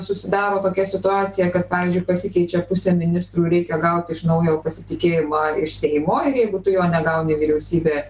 susidaro tokia situacija kad pavyzdžiui pasikeičia pusė ministrų ir reikia gauti iš naujo pasitikėjimą iš seimo ir jeigu tu jo negauni vyriausybė